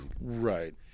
right